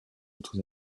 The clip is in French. autres